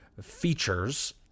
features